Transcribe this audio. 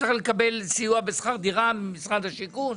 צריך לקבל סיוע בשכר דירה ממשרד השיכון,